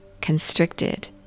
constricted